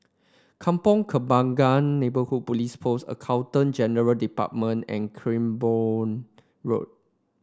Kampong Kembangan Neighbourhood Police Post Accountant General Department and Cranborne Road